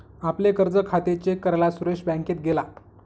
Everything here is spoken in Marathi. आपले कर्ज खाते चेक करायला सुरेश बँकेत गेला